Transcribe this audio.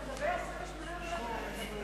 ובכן,